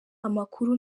amakuru